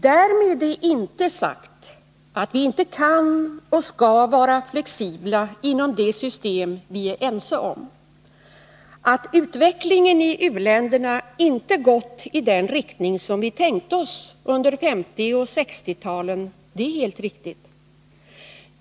Därmed är inte sagt att vi inte kan och skall vara flexibla inom det system vi är ense om. Att utvecklingen i u-länderna inte gått i den riktning som vi tänkte oss under 1950 och 1960-talen är helt riktigt.